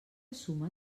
suma